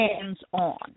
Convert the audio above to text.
hands-on